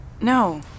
No